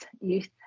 youth